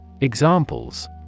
Examples